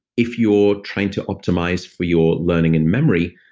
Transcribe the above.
if you're trying to optimize for your learning and memory,